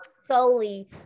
solely